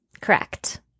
Correct